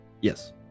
Yes